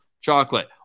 chocolate